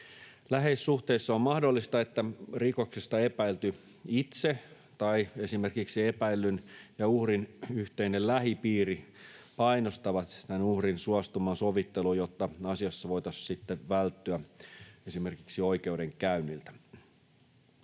Läheissuhteissa on mahdollista, että rikoksesta epäilty itse tai esimerkiksi epäillyn ja uhrin yhteinen lähipiiri painostavat tämän uhrin suostumaan sovitteluun, jotta asiassa voitaisiin sitten välttyä esimerkiksi oikeudenkäynniltä.